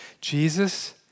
Jesus